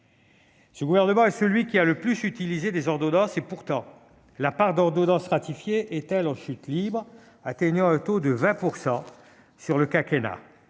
Ce gouvernement est celui qui a le plus utilisé les ordonnances. Pourtant, la part d'ordonnances ratifiées est, elle, en chute libre, tombant à 20 % pour l'ensemble du quinquennat.